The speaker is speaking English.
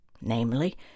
namely